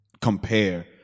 compare